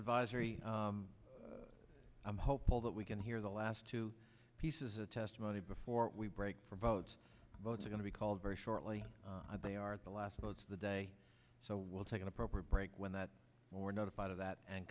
advisory i'm hopeful that we can hear the last two pieces of testimony before we break for votes votes are going to be called very shortly and they are the last most of the day so we'll take an appropriate break when that or notified of that and